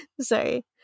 Sorry